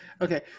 Okay